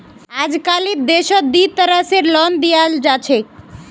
अजकालित देशत दी तरह स लोन दियाल जा छेक